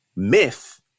Myth